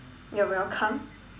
you're welcome